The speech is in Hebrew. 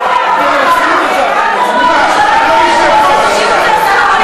נשאיר אותך שלושה